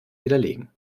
widerlegen